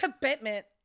commitment